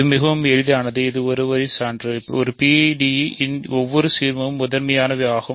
இது மிகவும் எளிதானது இது ஒரு வரி சான்று ஒரு PID இன் ஒவ்வொரு சீர்மமும் முதன்மையானவை ஆகும்